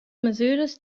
masüras